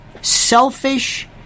selfish